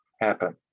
happen